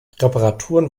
reparaturen